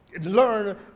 learn